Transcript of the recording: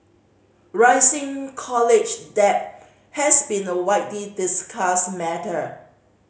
rising college debt has been a widely discussed matter